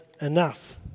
enough